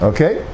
Okay